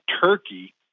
Turkey